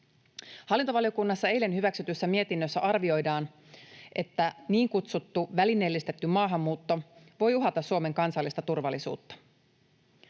Hallintovaliokunnassa eilen hyväksytyssä mietinnössä arvioidaan, että niin kutsuttu välineellistetty maahanmuutto voi uhata Suomen kansallista turvallisuutta.